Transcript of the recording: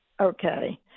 Okay